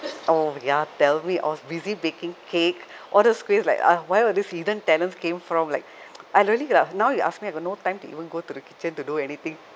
oh ya tell me I was busy baking cake all those kuehs like ah where were these hidden talents came from like I really ah now you ask me I got no time to even go to the kitchen to do anything